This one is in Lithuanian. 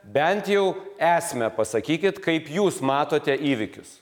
bent jau esmę pasakykit kaip jūs matote įvykius